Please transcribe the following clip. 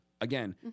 Again